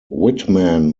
whitman